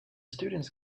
students